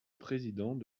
président